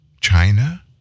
China